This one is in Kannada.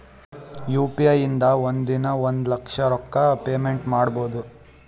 ಯು ಪಿ ಐ ಇಂದ ಒಂದ್ ದಿನಾ ಒಂದ ಲಕ್ಷ ರೊಕ್ಕಾ ಪೇಮೆಂಟ್ ಮಾಡ್ಬೋದ್